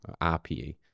RPE